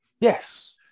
Yes